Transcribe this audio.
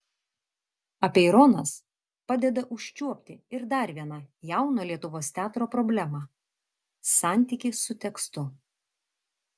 apeironas padeda užčiuopti ir dar vieną jauno lietuvos teatro problemą santykį su tekstu